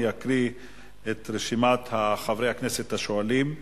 אני אקריא את רשימת חברי הכנסת השואלים,